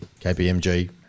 KPMG